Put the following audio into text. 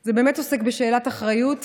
זה באמת עוסק בשאלת אחריות,